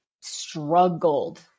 struggled